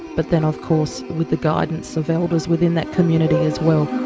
but then of course with the guidance of elders within that community as well.